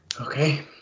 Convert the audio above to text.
Okay